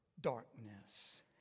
darkness